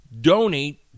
donate